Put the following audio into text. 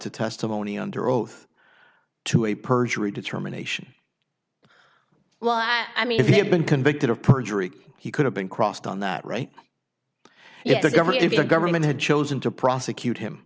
to testimony under oath to a perjury determination well i mean if he had been convicted of perjury he could have been crossed on that right if the governor if the government had chosen to prosecute him